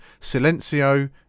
Silencio